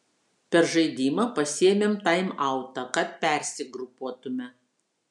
per žaidimą pasiėmėm taimautą kad persigrupuotume